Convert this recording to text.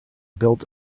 built